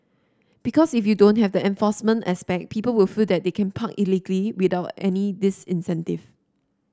because if you don't have the enforcement aspect people will feel that they can park illegally without any disincentive